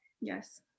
Yes